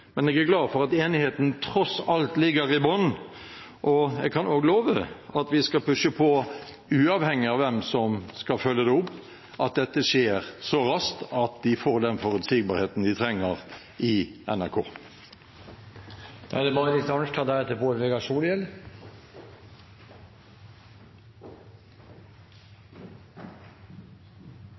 men jeg er glad for at enigheten tross alt ligger i bunnen. Jeg kan også love at vi skal pushe på – uavhengig av hvem som skal følge det opp – at dette skjer så raskt at NRK får den forutsigbarheten de trenger. Debatten viser at det